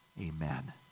Amen